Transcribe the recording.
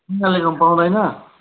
पाउँदैन